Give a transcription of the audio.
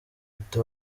ati